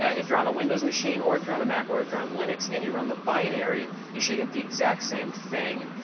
ah if you're on a windows machine or if you're on a mac or if you're on linux and you run the binary, you should get the exact same thing.